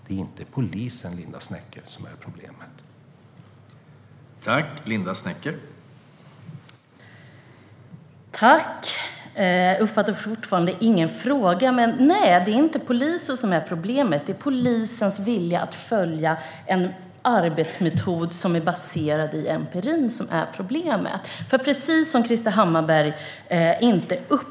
Det är inte polisen som är problemet, Linda Snecker.